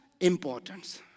importance